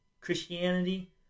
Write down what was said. Christianity